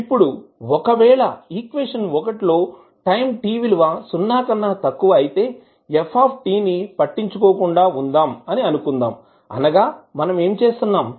ఇప్పుడు ఒకవేళ ఈక్వేషన్ లో టైం t విలువ సున్నా కన్నా తక్కువ అయితే f ని పట్టించుకోకుండా ఉందాం అని అనుకుందాం అనగా మనం ఏమి చేస్తున్నాం